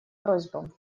просьбам